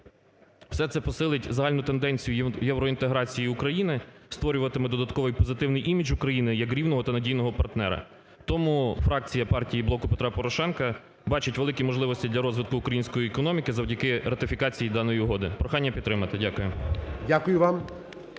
Все це посилить загальну тенденцію євроінтеграції України, створюватиме додатковий позитивний імідж як рівного та надійного партнера. Тому фракція партії "Блоку Петра Порошенка" бачить великі можливості для розвитку української економіки завдяки ратифікації даної угоди. Прохання підтримати. Дякую.